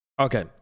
Okay